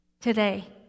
today